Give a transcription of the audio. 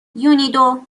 یونیدو